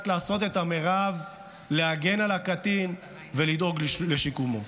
לעשות את המרב ולהגן על הקטין ולדאוג לשיקומו.